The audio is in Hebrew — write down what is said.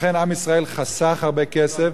לכן עם ישראל חסך הרבה כסף.